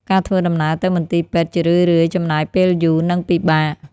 ការធ្វើដំណើរទៅមន្ទីរពេទ្យជារឿយៗចំណាយពេលយូរ និងពិបាក។